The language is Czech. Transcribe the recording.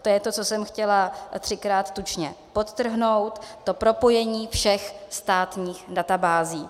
To je to, co jsem chtěla třikrát tučně podtrhnout, to propojení všech státních databází.